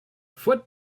foot